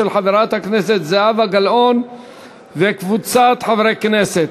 של חברת הכנסת זהבה גלאון וקבוצת חברי הכנסת.